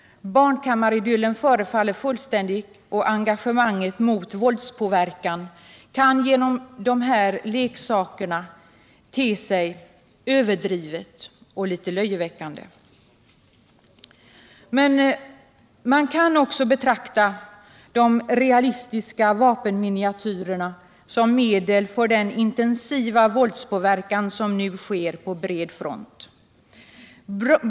Barnkammaridyllen förefaller fullständig och engagemanget mot dessa leksakers våldspåverkan kan te sig överdrivet och litet löjeväckande. Men man kan också betrakta de realistiska vapenminiatyrerna som medel för den intensiva våldspåverkan som nu sker på bred front.